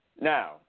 Now